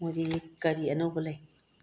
ꯃꯣꯗꯤꯒꯤ ꯀꯔꯤ ꯑꯅꯧꯕ ꯂꯩ